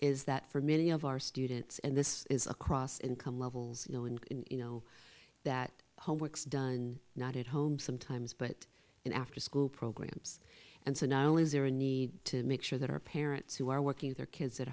is that for many of our students and this is across income levels you know and you know that homework is done not at home sometimes but in afterschool programs and so now is there a need to make sure that our parents who are working their kids at